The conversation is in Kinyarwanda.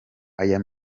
aya